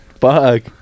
fuck